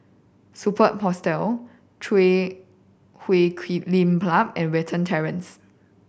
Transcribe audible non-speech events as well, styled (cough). Superb Hostel Chui (unintelligible) Huay Lim Club and Watten Terrace